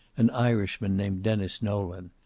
an irishman named denis nolan.